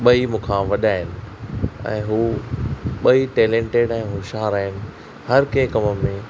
ॿई मूंखा वॾा आहिनि ऐं हू ॿई टैलेंटेड ऐं होश्यार आहिनि हर कंहिं कम में